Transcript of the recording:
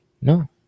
No